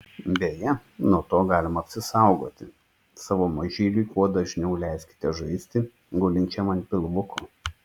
beje nuo to galima apsisaugoti savo mažyliui kuo dažniau leiskite žaisti gulinčiam ant pilvuko